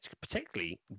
particularly